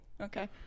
Okay